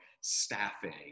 staffing